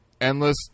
endless